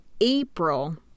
April